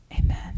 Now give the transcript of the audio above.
Amen